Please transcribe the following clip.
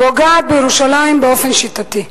פוגעת בירושלים באופן שיטתי.